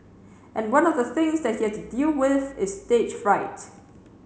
and one of the things that he has to deal with is stage fright